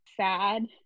sad